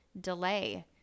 delay